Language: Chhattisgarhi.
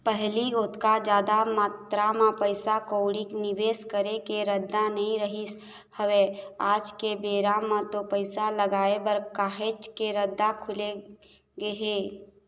पहिली ओतका जादा मातरा म पइसा कउड़ी निवेस करे के रद्दा नइ रहिस हवय आज के बेरा म तो पइसा लगाय बर काहेच के रद्दा खुलगे हे